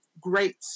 great